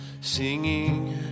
singing